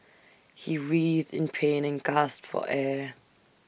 he writhed in pain and gasped for air